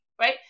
right